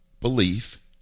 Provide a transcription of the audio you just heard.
belief